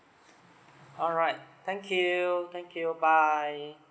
alright thank you thank you bye